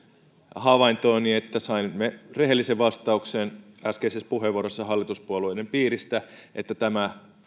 havaintooni että saimme rehellisen vastauksen äskeisessä puheenvuorossa hallituspuolueiden piiristä että tämä